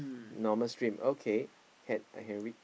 normal stream okay can I can read